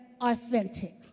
authentic